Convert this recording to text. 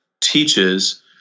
teaches